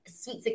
sweet